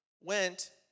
went